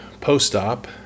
post-op